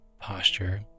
posture